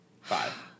Five